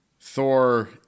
thor